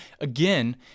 Again